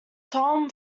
tom